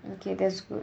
okay that's good